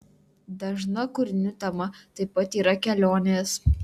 dažna kūrinių tema taip pat yra kelionės